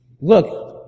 Look